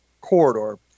corridor